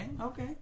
okay